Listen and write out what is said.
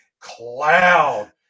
cloud